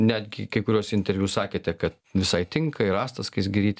netgi kai kuriuos interviu sakėte kad visai tinka ir asta skaisgirytė tai aš galėčiau